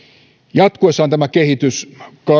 jatkuessaan tämä kehitys